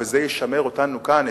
וזה ישמר אותנו כאן,